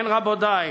כן, רבותי,